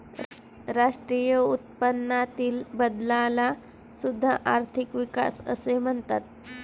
राष्ट्रीय उत्पन्नातील बदलाला सुद्धा आर्थिक विकास असे म्हणतात